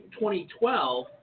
2012